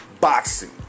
boxing